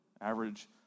average